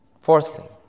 Fourthly